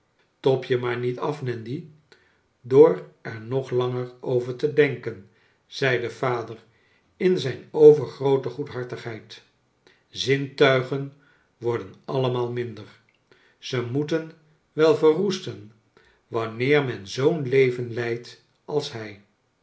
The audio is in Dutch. tob je maar niet af nandy door er nog langer over te denken zei de vader in zijn overgroote goedhartigheid zintuigen worden allemaal minder ze moeten wel verroesten wanneer men zoo'n leven lijdt als hij